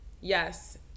Yes